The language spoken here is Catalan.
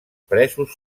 presos